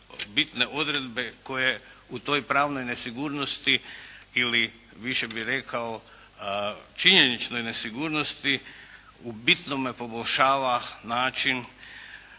bitne odredbe koje u toj pravnoj nesigurnosti ili više bih rekao činjeničnoj nesigurnosti u bitnome poboljšava način